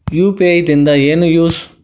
UPI ದಿಂದ ಏನು use?